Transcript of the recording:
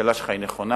השאלה שלך היא נכונה,